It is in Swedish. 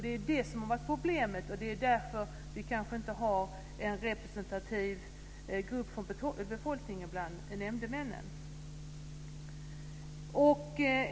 Det är det som har varit problemet, och det är därför som vi kanske inte har en representativ grupp från befolkningen bland nämndemännen.